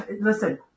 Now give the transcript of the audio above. listen